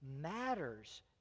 matters